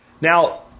Now